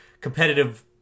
competitive